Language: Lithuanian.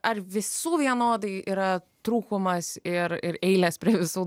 ar visų vienodai yra trūkumas ir ir eilės prie visų